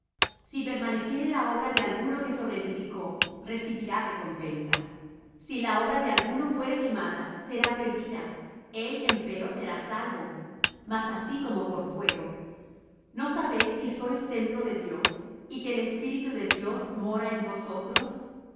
si permaneciere la obra de alguno que sobreedificó recibirá recompensa si la obra de alguno fuere quemada será perdida él empero será salvo mas así como por fuego no sabéis que sois templo de dios y que el espíritu de dios mora en vosotros